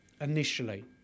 initially